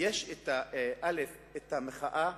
יש המחאה,